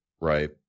Right